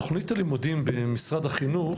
תוכנית הלימודים במשרד החינוך,